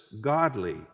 godly